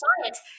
science